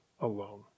alone